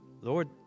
Lord